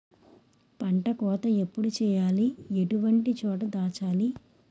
పంట కోత ఎప్పుడు చేయాలి? ఎటువంటి చోట దాచాలి?